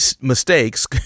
mistakes